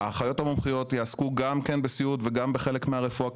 האחיות המומחיות יעסקו גם כן בסיעוד וגם בחלק מהרפואה,